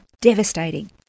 devastating